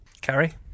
Carrie